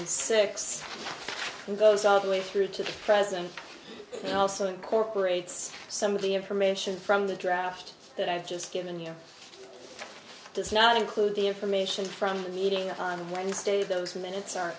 and six and goes all the way through to the present and also incorporates some of the information from the draft that i've just given you does not include the information from the meeting on wednesday those minutes are